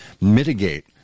mitigate